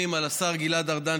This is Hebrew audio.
והגנת הסביבה חבר הכנסת יואב קיש.